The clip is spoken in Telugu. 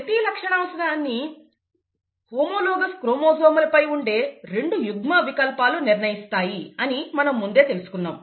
ప్రతి లక్షణాంశాన్నిహోమోలాగస్ క్రోమోజోమ్ల పై ఉండే రెండు యుగ్మ వికల్పాలు నిర్ణయిస్తాయి అని మనం ముందే తెలుసుకున్నాం